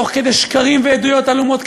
תוך כדי שקרים ועדויות עלומות,